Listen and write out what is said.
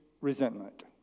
resentment